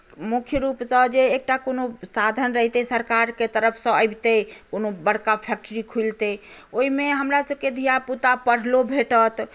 मुख्यरूपसँ जे एकटा कोनो साधन रहितै सरकारके तरफसँ अबितै कोनो बड़का फैक्ट्री खुलितै ओहिमे हमरासभके धिया पुता पढ़लो भेटत